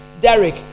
Derek